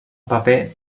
paper